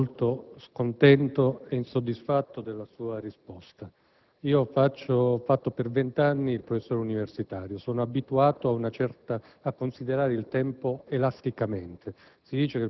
molto scontento e insoddisfatto della sua risposta. Ho fatto per vent'anni il professore universitario e sono abituato a considerare il tempo elasticamente: